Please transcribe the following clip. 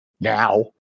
now